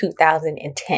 2010